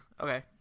Okay